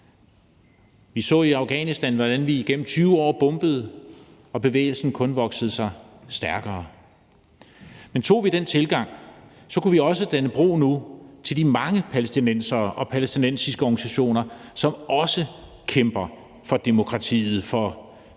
Vi så i Afghanistan, hvordan vi igennem 20 år bombede og bevægelsen kun voksede sig stærkere. Men tog vi den tilgang, kunne vi også danne bro nu til de mange palæstinensere og palæstinensiske organisationer, som også kæmper for demokratiet, for